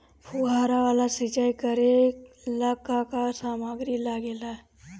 फ़ुहारा वाला सिचाई करे लर का का समाग्री लागे ला?